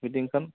মিটিংখন